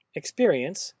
experience